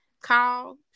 call